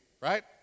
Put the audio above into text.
right